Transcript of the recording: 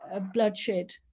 bloodshed